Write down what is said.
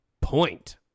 point